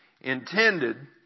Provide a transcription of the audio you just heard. intended